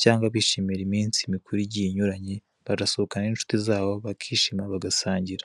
cyangwa bishimira iminsi mikuru igiye inyuranye bagasohokana n'inshuti zabo bakishima bagasangira.